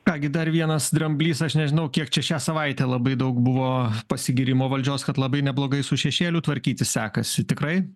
ką gi dar vienas dramblys aš nežinau kiek čia šią savaitę labai daug buvo pasigyrimo valdžios kad labai neblogai su šešėliu tvarkytis sekasi tikrai